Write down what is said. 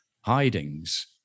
hidings